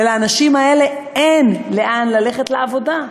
ולאנשים האלה אין לאן ללכת לעבודה.